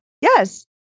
yes